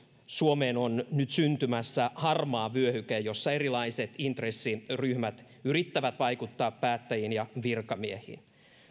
suomeen on nyt nyt syntymässä harmaa vyöhyke jossa erilaiset intressiryhmät yrittävät vaikuttaa päättäjiin ja virkamiehiin